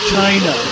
China